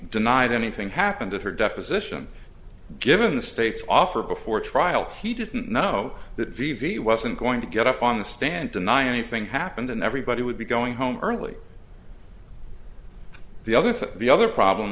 denied anything happened to her deposition given the state's offer before a trial he didn't know that v v wasn't going to get up on the stand deny anything happened and everybody would be going home early the other thing the other problem